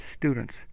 students